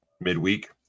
midweek